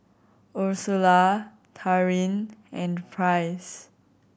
Ursula Taryn and Price